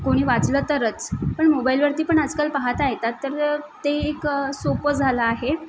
कोणी वाचलं तरच पण मोबाईलवरती पण आजकाल पाहता येतात तर ते एक सोपं झालं आहे